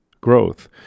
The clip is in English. growth